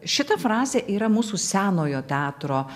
šita frazė yra mūsų senojo teatro